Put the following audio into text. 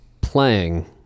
playing